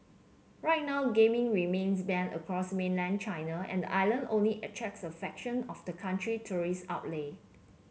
right now gaming remains banned across mainland China and island only attracts a fraction of the country tourism outlay